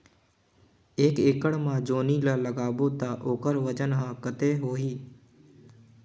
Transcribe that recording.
एक एकड़ मा जोणी ला लगाबो ता ओकर वजन हर कते होही?